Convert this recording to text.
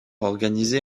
organisé